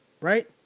Right